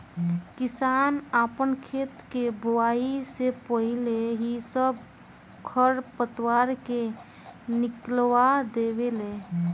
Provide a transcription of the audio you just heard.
किसान आपन खेत के बोआइ से पाहिले ही सब खर पतवार के निकलवा देवे ले